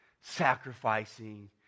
sacrificing